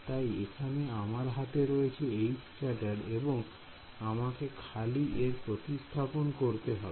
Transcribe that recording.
তাই এখানে আমার হাতে রয়েছে এবং আমাকে খালি এর প্রতিস্থাপন করতে হবে